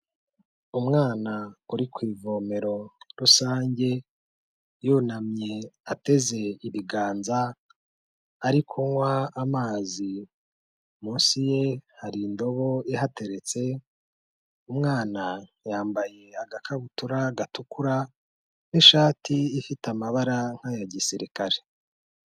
Umwana uri ku ivomero rusange yunamye ateze ibiganza ari kunywa amazi, munsi ye hari indobo ihateretse umwana yambaye agakabutura gatukura n'ishati ifite amabara nk'aya gisirikare.